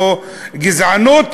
יעלה חבר הכנסת ג'מאל זחאלקה,